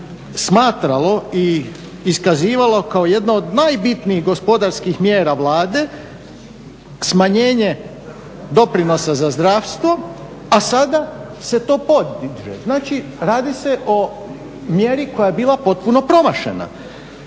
smatralo i iskazivalo kao jedna od najbitnijih gospodarskih mjera Vlade smanjenje doprinosa za zdravstvo a sada se to podiže. Znači radi se o mjeri koja je bila potpuno promašena.